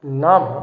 नाम